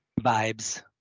vibes